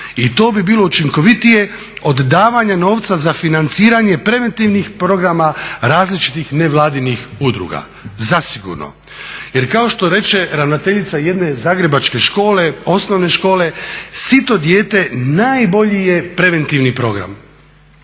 i to bi bilo učinkovitije od davanja novca za financiranje preventivnih programa različitih nevladinih udruga, zasigurno. Jer kao što reče ravnateljica jedne zagrebačke osnovne škole, sito dijete najbolji je preventivni program.